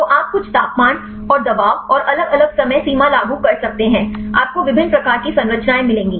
तो आप कुछ तापमान और दबाव और अलग अलग समय सीमा लागू कर सकते हैं आपको विभिन्न प्रकार की संरचनाएँ मिलेंगी